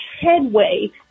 headway